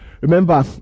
Remember